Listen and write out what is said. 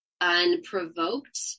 unprovoked